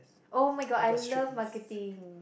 oh-my-god I love marketing